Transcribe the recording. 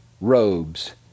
robes